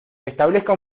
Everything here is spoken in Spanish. establezca